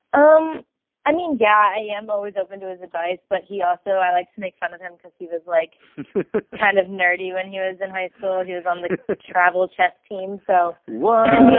um i mean, yeah, i am always open to his advice. but he also i like to make fun of him because he was like kind of nerdy when he was in high school. he was on the travel chess team. so what?